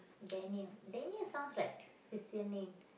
Daniel Daniel sounds like Christian name